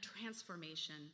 transformation